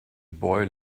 boy